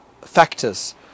factors